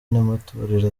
n’amatorero